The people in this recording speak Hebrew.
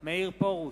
משה גפני,